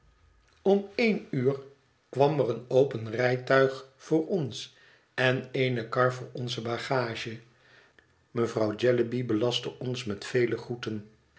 om één uur kwam er een open rijtuig voor ons en eene kar voor onze bagage mevrouw jellyby belastte ons met vele groeten